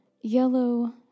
yellow